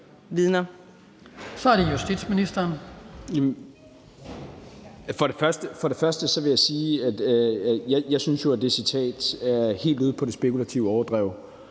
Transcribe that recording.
Kl. 17:51 Justitsministeren (Peter Hummelgaard): Først vil jeg sige, at jeg synes, det citat er helt ude på det spekulative overdrev.